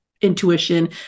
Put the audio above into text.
intuition